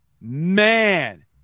Man